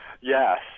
Yes